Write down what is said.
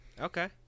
Okay